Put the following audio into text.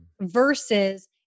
versus